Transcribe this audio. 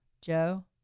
Joe